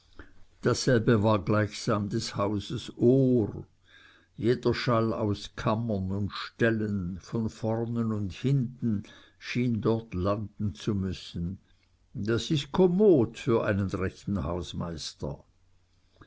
dasselbe war gleichsam des hauses ohr jeder schall aus kammern und ställen von vornen und hinten schien dort landen zu müssen das ist kommod für einen rechten hausmeister